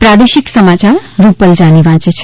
પ્રાદેશિક સમાચાર રૂપલ જાની વાંચે છે